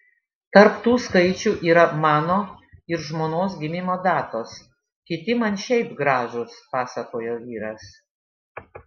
tarp tų skaičių yra mano ir žmonos gimimo datos kiti man šiaip gražūs pasakojo vyras